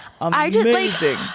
amazing